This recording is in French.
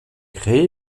créée